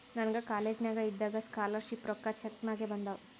ನನಗ ಕಾಲೇಜ್ನಾಗ್ ಇದ್ದಾಗ ಸ್ಕಾಲರ್ ಶಿಪ್ ರೊಕ್ಕಾ ಚೆಕ್ ನಾಗೆ ಬಂದಾವ್